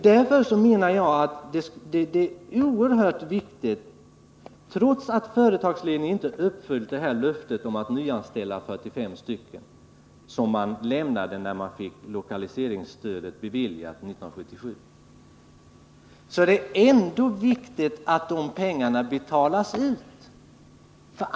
Därför anser jag att det är oerhört viktigt — trots att företagsledningen inte har uppfyllt det löfte om att nyanställa 45 personer som man gav när man fick lokaliseringsstödet beviljat 1977 — att pengarna betalas ut.